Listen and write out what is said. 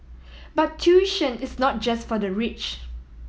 but tuition is not just for the rich